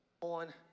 on